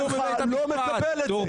אני לא מקבל את זה.